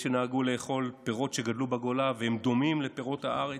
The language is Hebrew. יש שנהגו לאכול פירות שגדלו בגולה והם דומים לפירות הארץ.